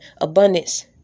abundance